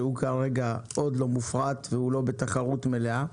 שהוא כרגע עוד לא מופרט ולא בתחרות מלאה.